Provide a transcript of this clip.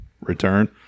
return